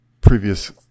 previous